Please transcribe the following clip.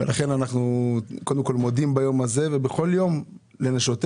לכן אנחנו קודם כל מודים ביום הזה ובכל יום לנשותינו,